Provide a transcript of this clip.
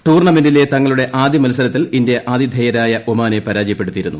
ടൂർണമെന്റിലെ തങ്ങളുടെ ആദ്യ മത്സരത്തിൽ ഇന്ത്യ ആതിഥേയരായ ഒമാനെ പരാജയപ്പെടുത്തിയിരുന്നു